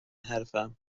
حرفم